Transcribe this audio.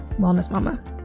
wellnessmama